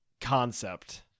concept